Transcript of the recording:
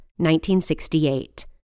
1968